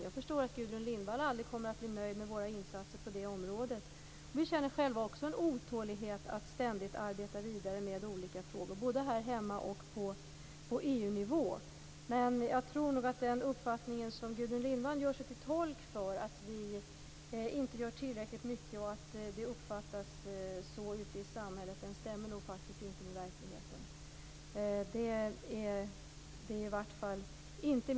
Jag förstår att Gudrun Lindvall aldrig kommer att bli nöjd med våra insatser på det området, och vi känner också själva en otålighet och arbetar ständigt vidare med olika frågor, både här hemma och på EU-nivå. Jag tror dock att den uppfattning som Gudrun Lindvall gör sig till tolk för, att vi inte gör tillräckligt mycket och att det skulle uppfattas så ute i samhället, nog faktiskt inte stämmer med verkligheten.